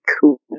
Cool